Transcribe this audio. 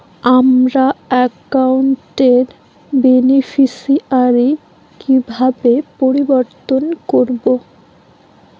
আমার অ্যাকাউন্ট র বেনিফিসিয়ারি কিভাবে পরিবর্তন করবো?